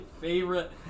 favorite